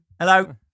Hello